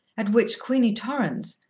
at which queenie torrance,